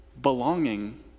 belonging